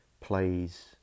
plays